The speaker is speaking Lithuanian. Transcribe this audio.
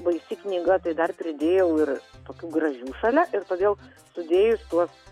baisi knyga tai dar pridėjau ir tokių gražių šalia ir todėl sudėjus tuos